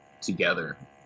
together